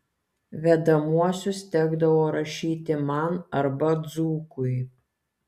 vedamuosius tekdavo rašyti man arba dzūkui